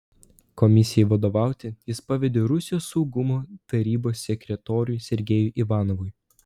komisijai vadovauti jis pavedė rusijos saugumo tarybos sekretoriui sergejui ivanovui